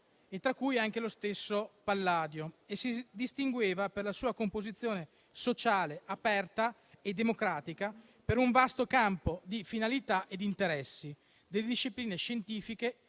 arti, ed anche lo stesso Palladio. Essa si distingueva per la sua composizione sociale, aperta e democratica, per un vasto campo di finalità e di interessi, dalle discipline scientifiche